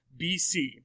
BC